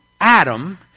Adam